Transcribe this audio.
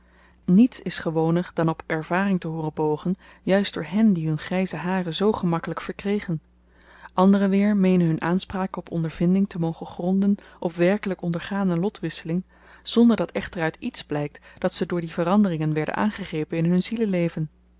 niets is gewoner dan op ervaring te hooren bogen juist door hen die hun gryze haren zoo gemakkelyk verkregen anderen weer meenen hun aanspraken op ondervinding te mogen gronden op werkelyk ondergane lotwisseling zonder dat echter uit iets blykt dat ze door die veranderingen werden aangegrepen in hun